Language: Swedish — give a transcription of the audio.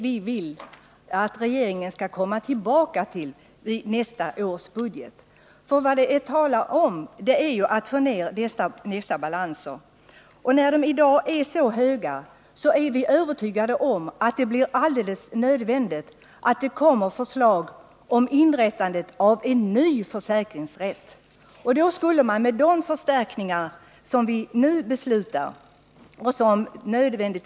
Vi hoppas att regeringen skall komma tillbaka till den frågan i nästa års budget. Vad det här gäller är ju att få ned dessa målbalanser. Eftersom de i dag är så höga är vi övertygade om att det blir nödvändigt med en ny försäkringsrätt. Beslut skall nu fattas om en nödvändig förstärkning i de olika rätterna.